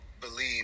believe